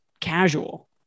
casual